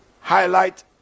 highlight